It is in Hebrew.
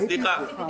סליחה.